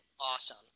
awesome